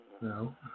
No